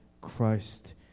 Christ